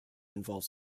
involves